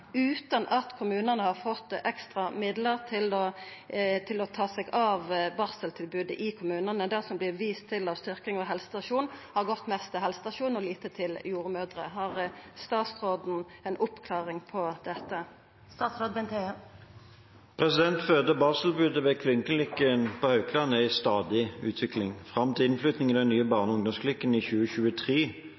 at kommunane har fått ekstra midlar til å ta seg av barseltilbodet i kommunane. Det som vert vist til av styrking av helsestasjonen, har gått mest til sjølve helsestasjonen og lite til jordmødrer. Har statsråden ei oppklaring av dette? Føde- og barseltilbudet ved kvinneklinikken på Haukeland er i stadig utvikling. Fram til innflytting i den nye barne- og ungdomsklinikken i 2023